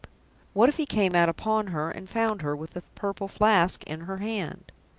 what if he came out upon her, and found her with the purple flask in her hand?